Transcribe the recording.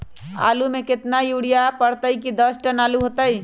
आलु म केतना यूरिया परतई की दस टन आलु होतई?